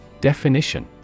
Definition